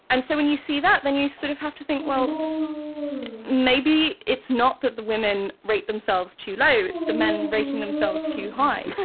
and so when you see that, then you sort of have to think, well maybe it's not that the women rate themselves too low, it's the men rating themselves too high.